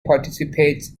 participates